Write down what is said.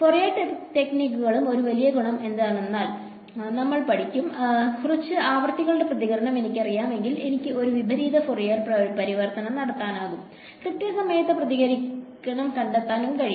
Fourier ടെക്നിക്കുകളുടെഒരു വലിയ ഗുണം എന്താണെന്ന് നമ്മൾ പഠിക്കും കുറച്ച് ആവൃത്തികളുടെ പ്രതികരണം എനിക്കറിയാമെങ്കിൽ എനിക്ക് ഒരു വിപരീത ഫോറിയർ പരിവർത്തനം നടത്താനും കൃത്യസമയത്ത് പ്രതികരണം കണ്ടെത്താനും കഴിയും